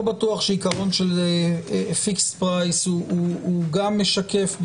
לא בטוח שעיקרון של פיקס פרייס הוא גם משקף,